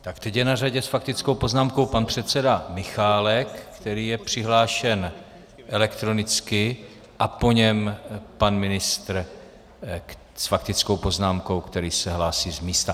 Tak teď je na řadě s faktickou poznámkou pan předseda Michálek, který je přihlášen elektronicky, a po něm pan ministr s faktickou poznámkou, který se hlásí z místa.